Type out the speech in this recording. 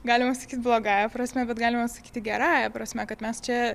galima sakyti blogąja prasme bet galima sakyti gerąja prasme kad mes čia